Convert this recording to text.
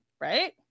Right